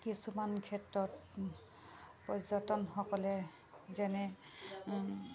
কিছুমান ক্ষেত্ৰত পৰ্যটনসকলে যেনে